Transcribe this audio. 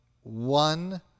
one